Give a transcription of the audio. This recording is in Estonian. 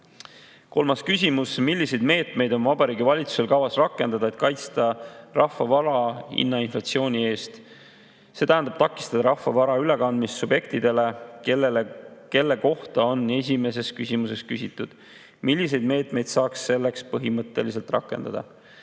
Kolmas küsimus: "Milliseid meetmeid on Vabariigi Valitsusel kavas rakendada, et kaitsta rahva vara hinnainflatsiooni eest – st takistada rahva vara ülekandmist subjektidele, kellele kohta on esimeses küsimuses küsitud? Milliseid meetmeid saaks selleks põhimõtteliselt rakendada?"